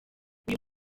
uyu